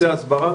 הניקוז ל-10 צול.